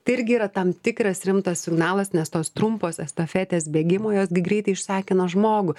tai irgi yra tam tikras rimtas signalas nes tos trumpos estafetės bėgimo jos gi greitai išsekina žmogų